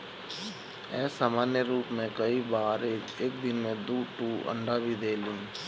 असामान्य रूप में कई बार एक दिन में दू ठो अंडा भी देलिन